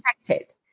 protected